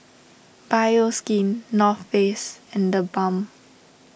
Bioskin North Face and the Balm